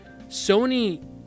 Sony